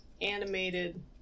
animated